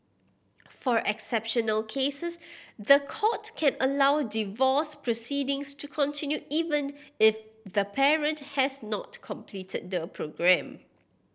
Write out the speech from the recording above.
for exceptional cases the court can allow divorce proceedings to continue even if the parent has not completed the programme